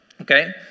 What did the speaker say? okay